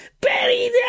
Betty